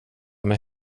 med